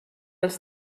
els